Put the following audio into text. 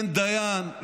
אין דיין,